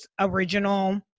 original